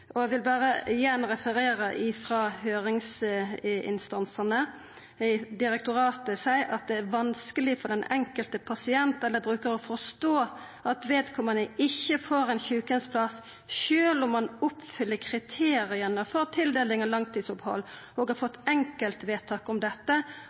treff. Eg vil igjen berre referera frå høyringsinstansane: Helsedirektoratet seier ifølgje ein merknad i innstillinga at «det vil være vanskelig for den enkelte pasient eller bruker å forstå at vedkommende ikke får en sykehjemsplass, selv om man oppfyller kriteriene for tildeling av langtidsopphold og har